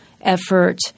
effort